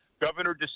Governor